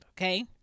okay